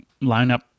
lineup